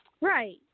Right